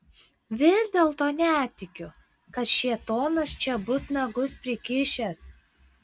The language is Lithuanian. vis dėlto netikiu kad šėtonas čia bus nagus prikišęs